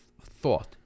thought